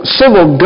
civil